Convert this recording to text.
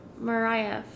Mariah